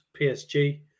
PSG